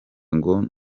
ngo